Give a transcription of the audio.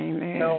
Amen